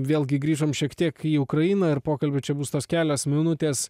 vėlgi grįžom šiek tiek į ukrainą ir pokalbiui čia bus tos kelios minutės